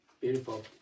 Beautiful